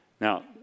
Now